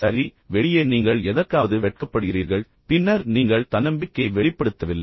சரி வெளியே நீங்கள் எதற்காவது வெட்கப்படுகிறீர்கள் பின்னர் நீங்கள் தன்னம்பிக்கையை வெளிப்படுத்தவில்லை